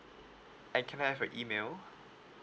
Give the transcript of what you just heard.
and can I have your email